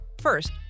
First